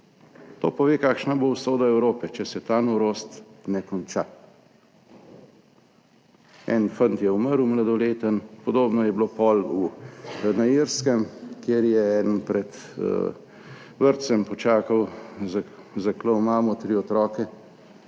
To pove, kakšna bo usoda Evrope, če se ta norost ne konča. En fant je umrl, mladoleten. Podobno je bilo pol v na Irskem, kjer je eden pred vrtcem počakal, zaklal mamo, tri otroke